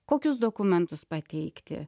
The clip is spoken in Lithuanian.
kokius dokumentus pateikti